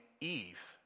Eve